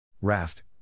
Raft